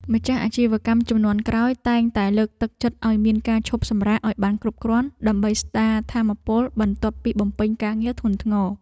ម្ចាស់អាជីវកម្មជំនាន់ក្រោយតែងតែលើកទឹកចិត្តឱ្យមានការឈប់សម្រាកឱ្យបានគ្រប់គ្រាន់ដើម្បីស្តារថាមពលបន្ទាប់ពីបំពេញការងារធ្ងន់ធ្ងរ។